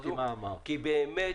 כי באמת